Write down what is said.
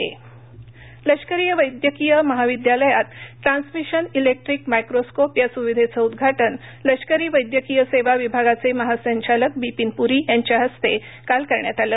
AFMC लष्करी वैद्यकीय महाविद्यालयात ट्रान्समिशन ईलेक्ट्रिक माइक्रोस्कोप या सुविधेचं उद्घाटन लष्करी वैद्यकीय सेवा विभागाचे महासंचालक बिपिन प्री यांच्या हस्ते काल करण्यात आलं